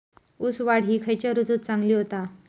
ऊस वाढ ही खयच्या ऋतूत चांगली होता?